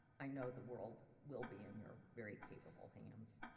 i know the world will be in your very capable hands.